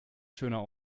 schöner